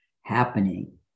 happening